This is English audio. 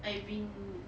I have been